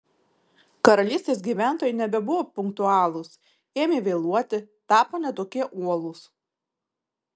karalystės gyventojai nebebuvo punktualūs ėmė vėluoti tapo ne tokie uolūs